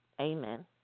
Amen